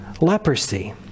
leprosy